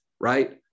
right